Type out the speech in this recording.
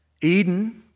Eden